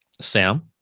Sam